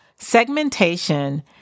Segmentation